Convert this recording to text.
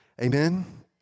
amen